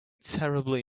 terribly